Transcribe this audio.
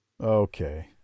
Okay